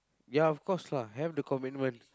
ya of course lah have the commitment